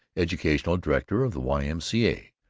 educational director of the y m c a,